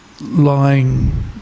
lying